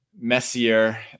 Messier